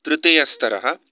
तृतीयस्तरः